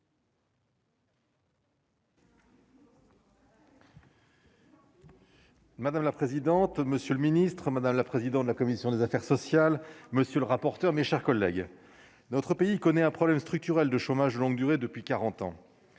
Madame la présidente, monsieur le ministre, madame la présidente de la commission des affaires sociales, monsieur le rapporteur, mes chers collègues, notre pays connaît un problème structurel de chômage de longue durée depuis 40 ans.